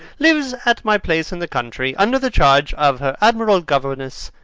lives at my place in the country under the charge of her admirable governess,